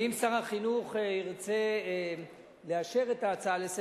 ואם שר החינוך ירצה לאשר את ההצעה לסדר-היום,